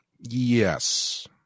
Yes